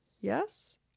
Yes